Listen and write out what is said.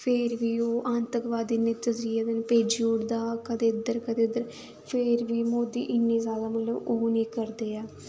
फिर बी ओह् आंतकवादी नित्त त्रिये दिन भेजी ओड़दा कदें इद्धर कदें उद्धर फिर बी मोदी इन्ने जादा मतलब ओह् निं करदे ऐ